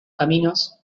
caminos